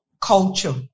culture